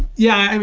yeah,